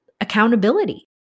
accountability